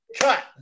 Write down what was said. cut